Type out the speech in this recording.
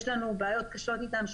יש לנו בעיות קשות איתם,